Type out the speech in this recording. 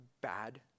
bad